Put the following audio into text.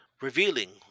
revealing